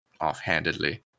offhandedly